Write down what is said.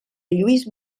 lluís